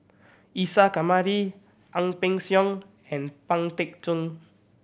Isa Kamari Ang Peng Siong and Pang Teck Joon